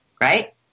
right